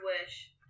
Wish